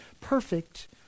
perfect